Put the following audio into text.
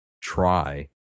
try